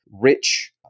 rich